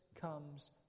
comes